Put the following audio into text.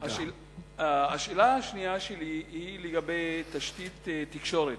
השאלה השנייה שלי היא לגבי תשתית תקשורת.